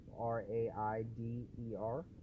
R-A-I-D-E-R